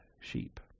sheep